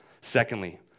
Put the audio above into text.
Secondly